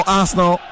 Arsenal